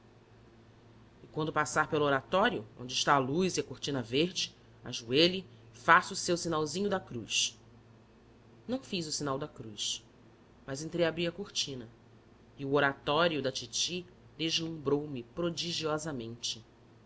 e quando passar pelo oratório onde está a luz e a cortina verde ajoelhe faça o seu sinalzinho da cruz não fiz o sinal da cruz mas entreabri a cortina e o oratório da titi deslumbrou me prodigiosamente